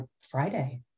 Friday